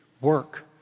work